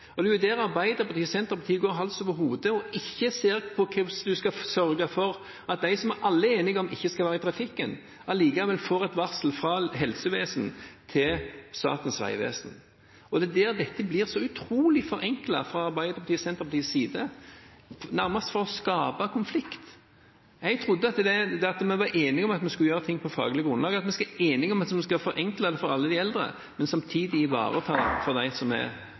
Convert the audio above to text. Der går Arbeiderpartiet og Senterpartiet hals over hode og ser ikke på hvordan en skal sørge for at det allikevel går et varsel fra helsevesenet til Statens vegvesen om dem som alle er enige om ikke skal være i trafikken. Dette blir så utrolig forenklet fra Arbeiderpartiet og Senterpartiets side, nærmest for å skape konflikt. Jeg trodde at vi var enige om at vi skulle gjøre ting på faglig grunnlag, at vi var enige om at vi skal forenkle for alle eldre, men samtidig ivareta for dem som er